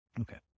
Okay